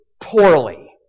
poorly